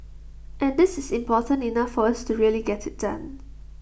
and this is important enough for us to really get IT done